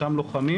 אותם לוחמים,